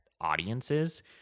audiences